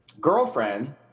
girlfriend